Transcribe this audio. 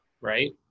right